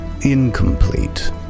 incomplete